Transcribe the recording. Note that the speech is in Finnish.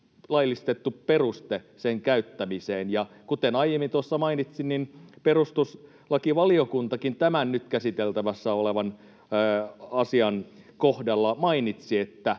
laillistettu peruste, ja kuten aiemmin tuossa mainitsin, niin perustuslakivaliokuntakin tämän nyt käsiteltävänä olevan asian kohdalla mainitsi,